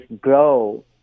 grow